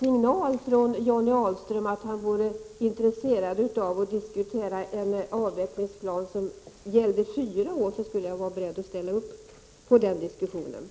signal från Johnny Ahlqvist om att han vore intresserad av att diskutera en avvecklingsplan som gällde fyra år, skulle jag vara beredd att ställa upp på den diskussionen.